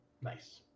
Nice